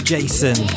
Jason